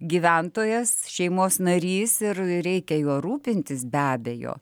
gyventojas šeimos narys ir reikia juo rūpintis be abejo